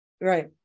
Right